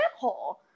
shithole